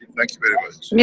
thank you very much. and yeah